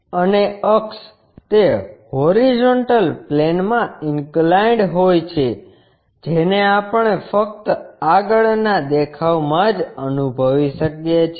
અને અક્ષ તે હોરીઝોન્ટલ પ્લેનમાં ઇન્કલાઇન્ડ હોય છે જેને આપણે ફક્ત આગળના દેખાવ માં જ અનુભવી શકીએ છીએ